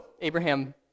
Abraham